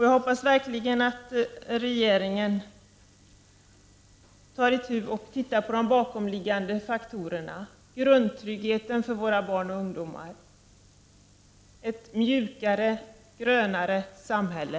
Jag hoppas verkligen att regeringen tar itu med detta och studerar de bakomliggande faktorerna; grundtryggheten för våra barn och ungdomar, ett mjukare grönare samhälle.